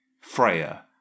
freya